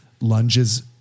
lunges